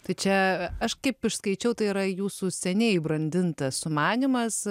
tai čia aš kaip išskaičiau tai yra jūsų seniai brandintas sumanymas